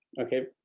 Okay